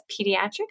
pediatrics